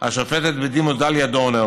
השופטת בדימוס דליה דורנר